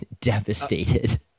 devastated